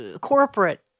corporate